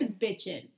bitching